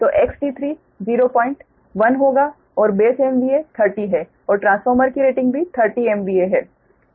तो XT3 010 होगा और बेस MVA 30 है और ट्रांसफार्मर की रेटिंग भी 30 MVA है